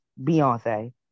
Beyonce